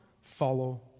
follow